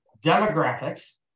Demographics